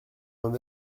vingt